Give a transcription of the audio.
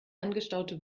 angestaute